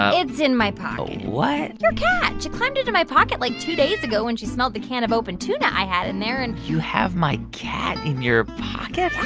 it's in my pocket what? your cat, she climbed into my pocket, like, two days ago when she smelled the can of open tuna i had in there. and. you have my cat in your pocket? yeah,